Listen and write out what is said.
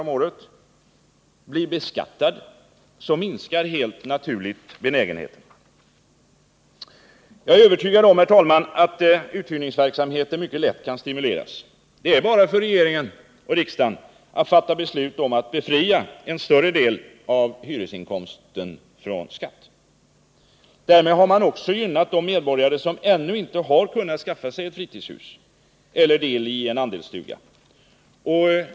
om året blir beskattad, minskar helt naturligt benägenheten. Jag är övertygad om, herr talman, att uthyrningsverksamheten mycket lätt kan stimuleras. Det är bara för regering och riksdag att fatta beslut om att befria en större del av hyresinkomsten från skatt. Därmed har man också gynnat de medborgare som ännu inte har kunnat skaffa sig ett eget fritidshus eller del i andelsstuga.